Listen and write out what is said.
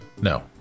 No